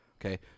okay